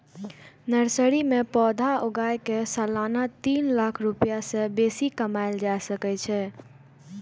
nursery मे पौधा उगाय कें सालाना तीन लाख रुपैया सं बेसी कमाएल जा सकै छै